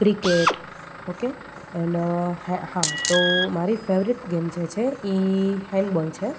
cricket okay and હા તો મારી ફેવરેટ ગેમ જે છે એ હેન્ડબોલ છે